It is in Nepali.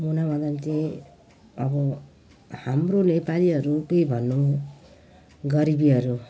मुना मदन चाहिँ अब हाम्रो नेपालीहरूकै भनौँ गरिबीहरू